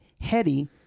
heady